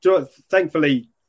Thankfully